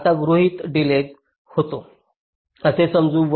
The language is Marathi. आता गृहीत डिलेज होतो असे समजू